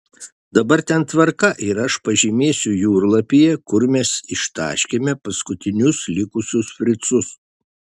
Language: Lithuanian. dabar ten tvarka ir aš pažymėsiu jūrlapyje kur mes ištaškėme paskutinius likusius fricus